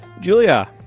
julia,